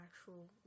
actual